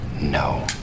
no